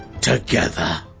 Together